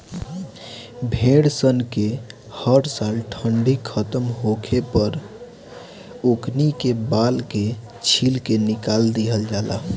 भेड़ सन के हर साल ठंडी खतम होखे पर ओकनी के बाल के छील के निकाल दिहल जाला